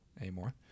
anymore